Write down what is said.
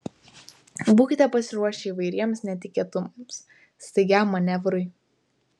būkite pasiruošę įvairiems netikėtumams staigiam manevrui